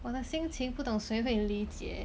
我的心情不懂谁会理解